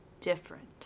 different